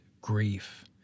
grief